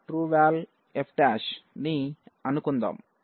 TrueVal trueVal1 f ని అనుకుందాం